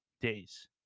days